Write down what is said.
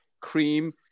cream